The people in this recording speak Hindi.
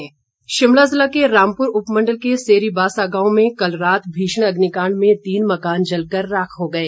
अग्निकांड शिमला जिला के रामपुर उपमण्डल के सेरीबासा गांव में कल रात भीषण अग्निकांड में तीन मकान जलकर राख हो गए